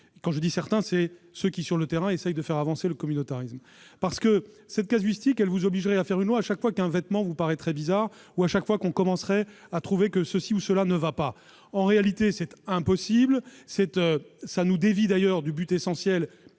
Quand je dis « certains », je vise ceux qui, sur le terrain, essayent de faire avancer le communautarisme. Cette casuistique vous obligerait à faire une loi chaque fois qu'un vêtement vous paraîtrait bizarre ou chaque fois qu'on commencerait à trouver que quelque chose ne va pas. Dans les faits, cela est impossible et nous dévie d'ailleurs du but essentiel,